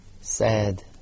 sad